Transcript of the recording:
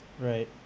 right